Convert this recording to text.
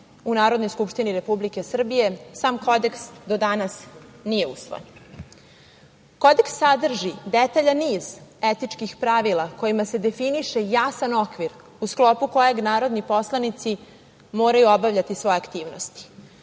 u Narodnoj skupštini Republike Srbije sam kodeks do danas nije usvojen. Kodeks sadrži detaljan niz etičkih pravila kojima se definiše jasan okvir u sklopu kojeg narodni poslanici moraju obavljati svoje aktivnosti,